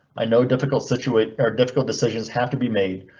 i know difficult situations are difficult, decisions have to be made,